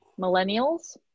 millennials